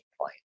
point